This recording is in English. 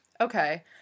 Okay